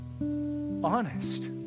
honest